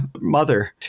mother